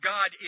God